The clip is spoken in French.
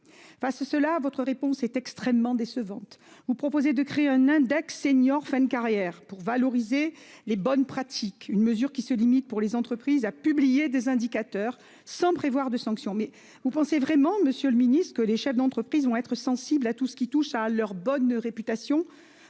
ce ce là votre réponse est extrêmement décevante. Vous proposez de créer un index seniors fin de carrière pour valoriser les bonnes pratiques. Une mesure qui se limite pour les entreprises à publier des indicateurs sans prévoir de sanctions. Mais vous pensez vraiment, Monsieur le Ministre, que les chefs d'entreprises vont être sensibles à tout ce qui touche à leur bonne réputation.